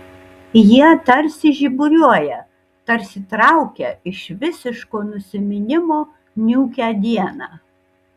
jie tarsi žiburiuoja tarsi traukia iš visiško nusiminimo niūkią dieną